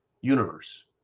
universe